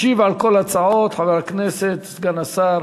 ישיב על כל ההצעות חבר הכנסת סגן השר